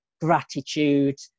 gratitude